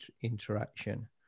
interaction